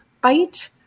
bite